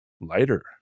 lighter